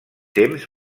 temps